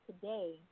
today